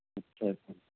اچھا اچھا